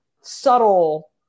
subtle